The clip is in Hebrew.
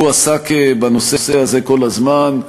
הוא עסק בנושא הזה כל הזמן,